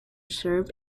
served